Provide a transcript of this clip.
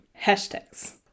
Hashtags